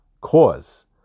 cause